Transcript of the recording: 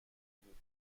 بود